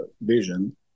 vision